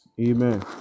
amen